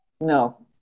No